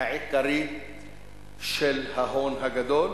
העיקרי של ההון הגדול